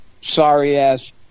sorry-ass